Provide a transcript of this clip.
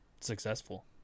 successful